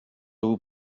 vous